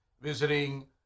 visiting